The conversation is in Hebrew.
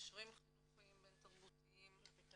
מגשרים חינוכיים בין תרבותיים.